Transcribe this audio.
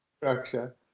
structure